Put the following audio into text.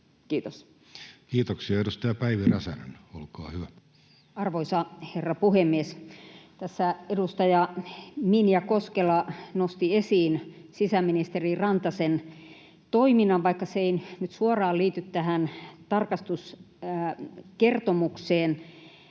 Kiitos. Kiitoksia. — Edustaja Päivi Räsänen, olkaa hyvä. Arvoisa herra puhemies! Tässä edustaja Minja Koskela nosti esiin sisäministeri Rantasen toiminnan, vaikka se ei nyt suoraan liity tähän tarkastuskertomukseen,